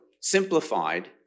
simplified